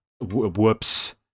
Whoops